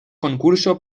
concurso